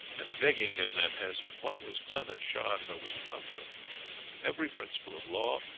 and begging him that, as what was done at chartres was contrary to every principle of law,